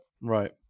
Right